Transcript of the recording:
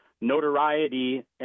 notoriety